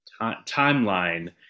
timeline